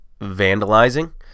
vandalizing